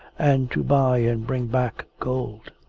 and to buy and bring back gold.